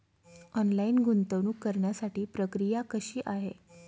Online गुंतवणूक करण्यासाठी प्रक्रिया कशी आहे?